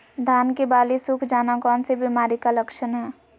धान की बाली सुख जाना कौन सी बीमारी का लक्षण है?